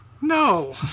No